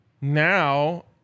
now